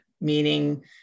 meaning